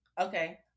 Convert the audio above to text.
Okay